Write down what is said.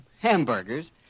hamburgers